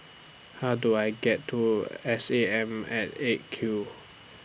How Do I get to S A M At eight Q